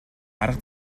арга